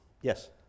Yes